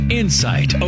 insight